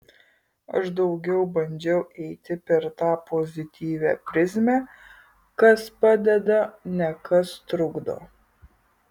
aš daugiau bandžiau eiti per tą pozityvią prizmę kas padeda ne kas trukdo